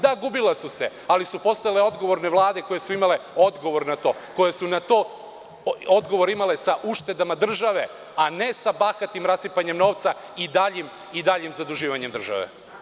Da, gubila su se, ali su postojale odgovorne vlade koje su imale odgovor na to, koje su odgovor na to imale sa uštedama države, a ne sa bahatim rasipanjem novca i daljim zaduživanjem države.